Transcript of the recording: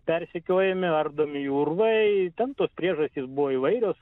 persekiojami ardomi jų urvai ten tos priežastys buvo įvairios